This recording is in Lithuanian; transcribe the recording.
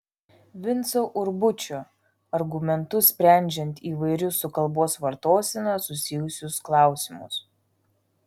vinco urbučio argumentus sprendžiant įvairius su kalbos vartosena susijusius klausimus